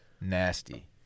Nasty